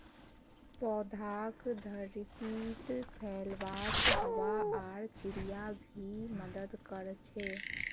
पौधाक धरतीत फैलवात हवा आर चिड़िया भी मदद कर छे